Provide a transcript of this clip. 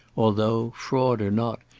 although, fraud or not,